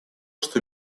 что